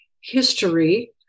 history